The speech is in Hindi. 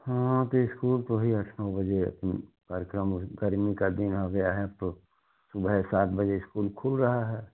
हाँ तो इस्कूल तो है ही आठ नौ बजे कार्यकर्म वहीं गर्मी का दिन आ गया है अब तो सुबह सात बजे इस्कूल खुल रहा है